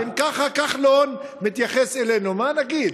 אם ככה כחלון מתייחס אלינו, מה נגיד?